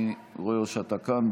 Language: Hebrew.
אני רואה שאתה כאן.